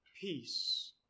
Peace